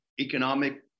economic